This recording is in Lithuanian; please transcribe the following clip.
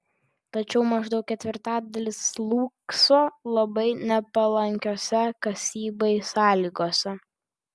tačiau maždaug ketvirtadalis slūgso labai nepalankiose kasybai sąlygose